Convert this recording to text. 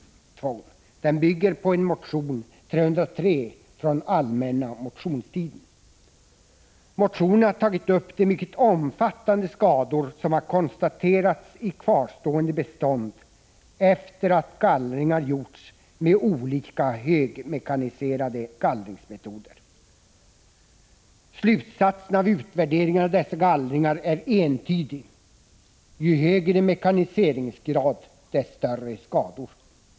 Reservationen bygger på motion 303 från allmänna motionstiden. I motionen har vi tagit upp de mycket omfattande skador som har konstaterats i kvarstående bestånd efter det att gallringar har gjorts med olika högmekaniserade gallringsmetoder. Slutsatsen av utvärderingen av dessa gallringar är entydig: Ju högre mekaniseringsgrad, desto större skador.